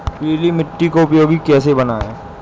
पीली मिट्टी को उपयोगी कैसे बनाएँ?